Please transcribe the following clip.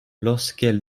lorsqu’elle